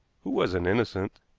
who was an innocent,